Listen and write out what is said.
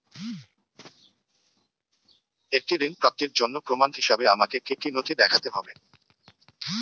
একটি ঋণ প্রাপ্তির জন্য প্রমাণ হিসাবে আমাকে কী কী নথি দেখাতে হবে?